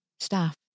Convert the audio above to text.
staff